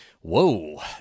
whoa